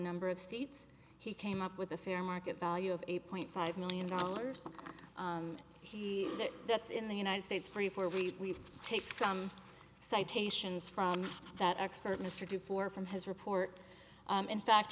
number of seats he came up with a fair market value of eight point five million dollars he that's in the united states free for we take some citations from that expert mr du four from his report in fact